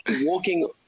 walking